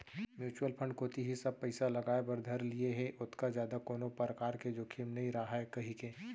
mutual fund कोती ही सब पइसा लगाय बर धर लिये हें ओतका जादा कोनो परकार के जोखिम नइ राहय कहिके